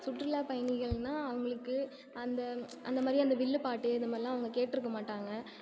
சுற்றுலா பயணிகள்னா அவங்களுக்கு அந்த அந்த மாதிரி அந்த வில்லுப்பாட்டு இதை மாதிரில்லாம் அவங்க கேட்ருக்க மாட்டாங்க